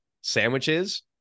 sandwiches